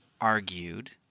argued